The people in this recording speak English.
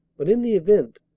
but in the event,